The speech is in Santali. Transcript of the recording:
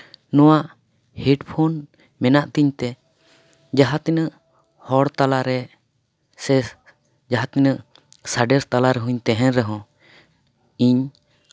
ᱱᱚᱣᱟ ᱦᱮᱰᱯᱷᱳᱱ ᱢᱮᱱᱟᱜ ᱛᱤᱧ ᱛᱮ ᱡᱟᱦᱟᱸ ᱛᱤᱱᱟᱹᱜ ᱦᱚᱲ ᱛᱟᱞᱟᱨᱮ ᱥᱮ ᱡᱟᱦᱟᱸ ᱛᱤᱱᱟᱹᱜ ᱥᱟᱰᱮ ᱛᱟᱞᱟ ᱨᱮᱦᱚᱧ ᱛᱟᱦᱮᱱ ᱨᱮᱦᱚᱸ ᱤᱧ